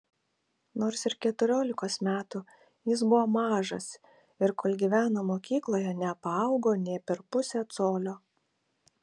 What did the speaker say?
nors ir keturiolikos metų jis buvo mažas ir kol gyveno mokykloje nepaaugo nė per pusę colio